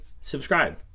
subscribe